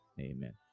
Amen